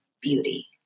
beauty